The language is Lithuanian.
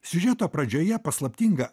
siužeto pradžioje paslaptingą